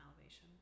elevation